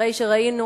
הרי ראינו